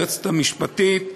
היועצת המשפטית,